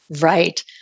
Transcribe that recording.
Right